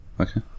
Okay